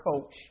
coach